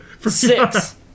Six